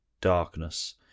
darkness